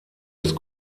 ist